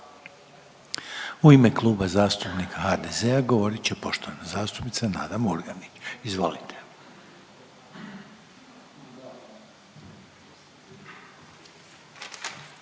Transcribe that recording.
U ime Kluba zastupnika HDZ-a govorit će poštovana zastupnica Nada Murganić, izvolite.